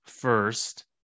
first